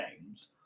games